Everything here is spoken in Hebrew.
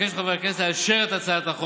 אבקש מחברי הכנסת לאשר את הצעת החוק